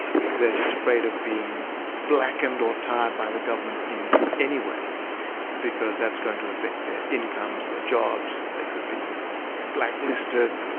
just afraid of being blackened or tarred by the government in any way because that's going to affect their incomes, their jobs, they could be blacklisted,